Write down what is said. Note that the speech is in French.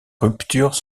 ruptures